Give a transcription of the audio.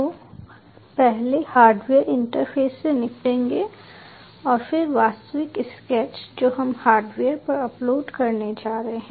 तो पहले hardware interface से निपटेंगे और फिर वास्तविक स्केच जो हम हार्डवेयर पर अपलोड करने जा रहे हैं